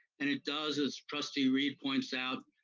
and it does, as trustee reid points out,